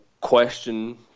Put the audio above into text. question